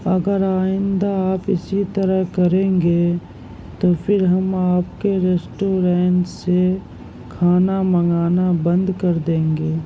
اگر آئندہ آپ اسی طرح کریں گے تو پھر ہم آپ کے ریسٹورینٹ سے کھانا منگانا بند کر دیں گے